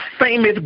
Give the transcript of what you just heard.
famous